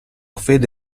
fede